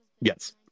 Yes